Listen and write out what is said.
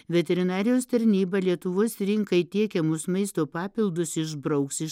veterinarijos tarnyba lietuvos rinkai tiekiamus maisto papildus išbrauks iš